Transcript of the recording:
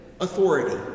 authority